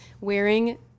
Wearing